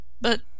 But